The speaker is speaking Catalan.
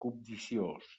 cobdiciós